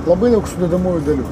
labai daug sudedamųjų dalių